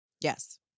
Yes